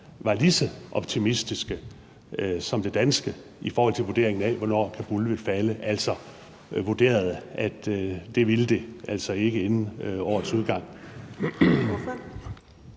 var lige så optimistiske som den danske i forhold til vurderingen af, hvornår Kabul ville falde, altså at de vurderede, at det ville den ikke inden årets udgang?